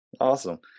Awesome